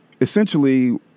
essentially